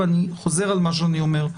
ואני חוזר על מה שאני אומר.